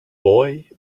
boy